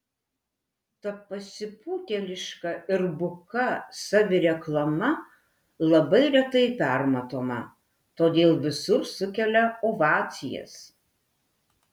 ta pasipūtėliška ir buka savireklama labai retai permatoma todėl visur sukelia ovacijas